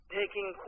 taking